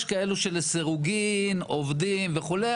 יש כאלה שלסירוגין עובדים וכולי,